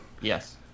Yes